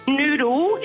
noodle